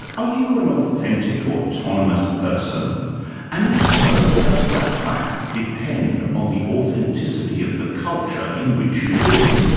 are you an authentic, autonomous person and, if so, does that fact depend on the authenticity of the culture in which you live?